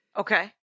Okay